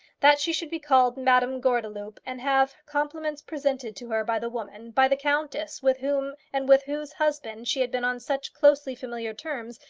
that she should be called madame gordeloup, and have compliments presented to her by the woman by the countess with whom and with whose husband she had been on such closely familiar terms,